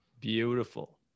Beautiful